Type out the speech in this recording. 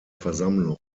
versammlung